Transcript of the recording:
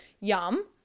Yum